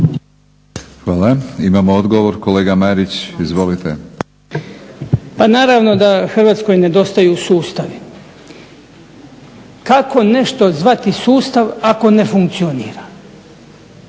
Hvala. Imamo odgovor, kolega Marić. Izvolite. **Marić, Goran (HDZ)** Pa naravno da Hrvatskoj nedostaju sustavi. Kako nešto zvati sustav ako ne funkcionira?